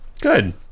Good